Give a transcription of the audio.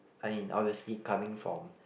I mean obviously coming from